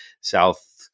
South